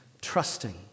trusting